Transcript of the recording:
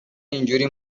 اینجوری